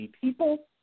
people